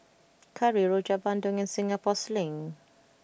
Curry Rojak Bandung and Singapore Sling